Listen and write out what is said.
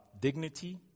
dignity